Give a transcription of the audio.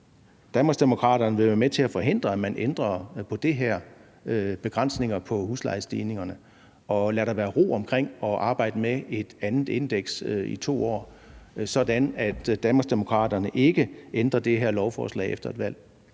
Danmarksdemokraterne så vil være med til at forhindre, at man ændrer på det her, altså på begrænsningerne på huslejestigningerne, og lade der være ro omkring det at arbejde med et andet indeks i 2 år, sådan at Danmarksdemokraterne ikke ændrer den her lovgivning efter et valg.